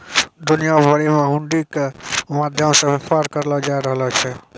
दुनिया भरि मे हुंडी के माध्यम से व्यापार करलो जाय रहलो छै